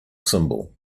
symbol